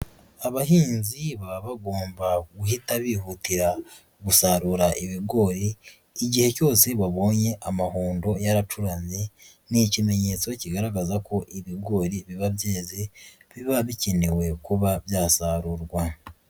Abahinzi baba bagomba guhita bihutira gusarura ibigori, igihe cyose babonye amahundo yaracuramye, ni ikimenyetso kigaragaza ko ibigori biba byeze, biba bikenewe kuba byasarurwa.